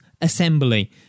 assembly